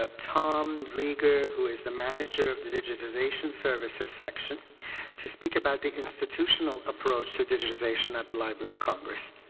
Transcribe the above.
ah tom rieger who is the manager of the digitization services section to speak about the institutional approach to digitization at the library of congress.